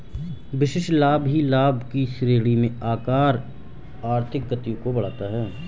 विशिष्ट लाभ भी लाभ की श्रेणी में आकर आर्थिक गति को बढ़ाता है